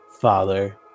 father